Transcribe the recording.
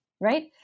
right